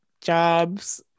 jobs